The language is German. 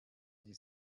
die